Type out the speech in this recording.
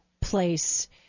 place